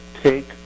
Take